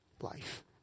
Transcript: life